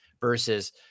versus